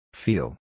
Feel